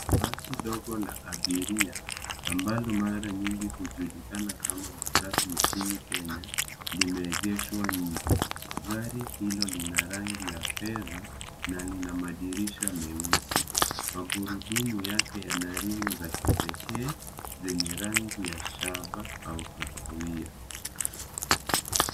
Basi dogo la abiria, ambalo mara nyingi hujulikana kama matatu nchini Kenya, limeegeshwa nje. Gari hilo lina rangi ya fedha na lina madirisha meusi. Magurudumu yake yana rimu za kipekee, zenye rangi ya shaba au kahawia.